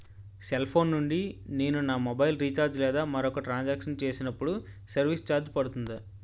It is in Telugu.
సెల్ ఫోన్ నుండి నేను నా మొబైల్ రీఛార్జ్ లేదా మరొక ట్రాన్ సాంక్షన్ చేసినప్పుడు సర్విస్ ఛార్జ్ పడుతుందా?